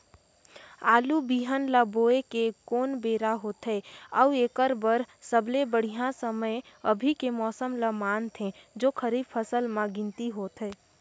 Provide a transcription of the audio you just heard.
आलू बिहान ल बोये के कोन बेरा होथे अउ एकर बर सबले बढ़िया समय अभी के मौसम ल मानथें जो खरीफ फसल म गिनती होथै?